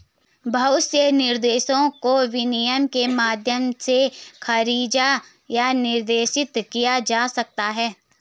बहुत से निर्देशों को विनियमन के माध्यम से खारिज या निर्देशित किया जा सकता है